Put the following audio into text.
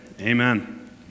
Amen